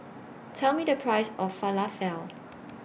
Tell Me The Price of Falafel